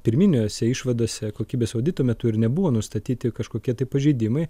pirminiuose išvadose kokybės audito metu ir nebuvo nustatyti kažkokie tai pažeidimai